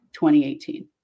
2018